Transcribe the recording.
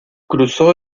cruzó